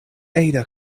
ada